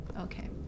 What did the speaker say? Okay